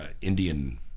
Indian